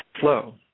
flow